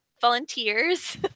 volunteers